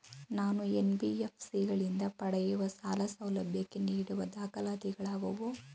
ನಾನು ಎನ್.ಬಿ.ಎಫ್.ಸಿ ಗಳಿಂದ ಪಡೆಯುವ ಸಾಲ ಸೌಲಭ್ಯಕ್ಕೆ ನೀಡುವ ದಾಖಲಾತಿಗಳಾವವು?